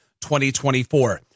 2024